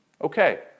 Okay